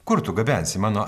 kur tu gabensi mano